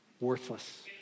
worthless